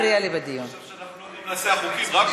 אתה חושב שאנחנו לא יודעים